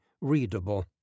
readable